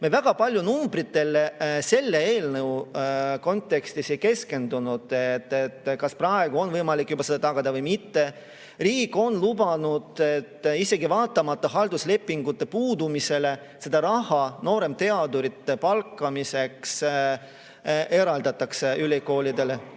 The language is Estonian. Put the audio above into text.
Me väga palju numbritele selle eelnõu kontekstis ei keskendunud ega sellele, kas praegu on võimalik juba seda tagada või mitte. Riik on lubanud, et isegi vaatamata halduslepingute puudumisele ülikoolidele raha nooremteadurite palkamiseks eraldatakse.